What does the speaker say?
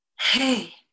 Hey